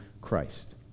Christ